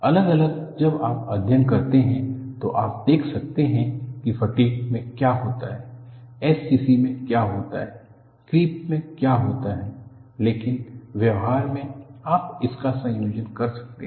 अलग अलग जब आप अध्ययन करते हैं तो आप देख सकते हैं कि फटीग में क्या होता है SCC में क्या होता है क्रीप में क्या होता है लेकिन व्यवहार में आप इनका संयोजन कर सकते हैं